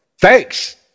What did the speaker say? thanks